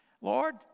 Lord